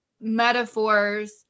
metaphors